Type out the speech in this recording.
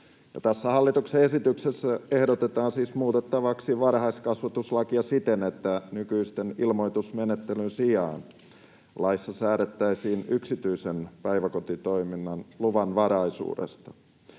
hallituksen esityksessä ehdotetaan siis muutettavaksi varhaiskasvatuslakia siten, että nykyisen ilmoitusmenettelyn sijaan laissa säädettäisiin yksityisen päiväkotitoiminnan luvanvaraisuudesta.